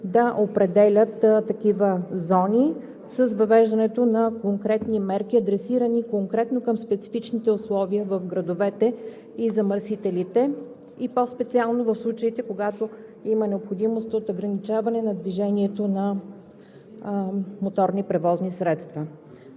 да определят такива зони с въвеждането на конкретни мерки, адресирани конкретно към специфичните условия в градовете и замърсителите, и по-специално в случаите, когато има необходимост от ограничаване на движението на моторни превозни средства.